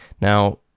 Now